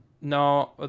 No